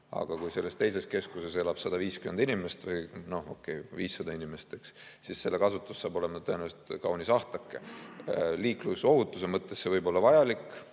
aga kui selles teises keskuses elab 150 inimest või okei, 500 inimest, siis selle kasutus saab olema tõenäoliselt kaunis ahtake. Liiklusohutuse mõttes see võib olla vajalik